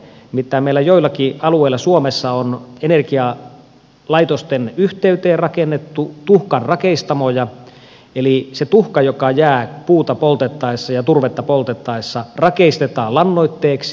nimittäin meillä joillakin alueilla suomessa on energialaitosten yhteyteen rakennettu tuhkanrakeistamoja eli se tuhka joka jää puuta poltettaessa ja turvetta poltettaessa rakeistetaan lannoitteeksi